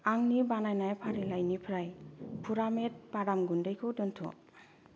आंनि बानायनाय फारिलाइनिफ्राय पुरामेट बादाम गुन्दैखौ दोनथ'